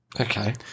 Okay